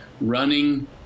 running